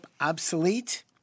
obsolete